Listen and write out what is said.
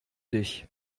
dich